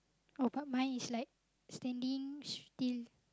oh but mine is like standing still